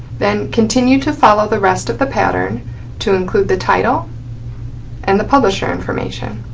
then continue to follow the rest of the pattern to include the title and the publisher information,